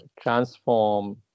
transform